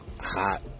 hot